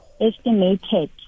estimated